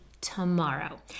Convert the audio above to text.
tomorrow